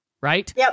right